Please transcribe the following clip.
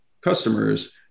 customers